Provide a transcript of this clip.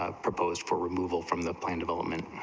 ah proposed for removal from the plan development